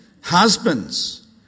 Husbands